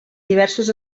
diversos